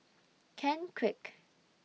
Ken Kwek